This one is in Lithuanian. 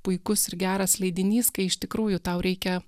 puikus ir geras leidinys kai iš tikrųjų tau reikia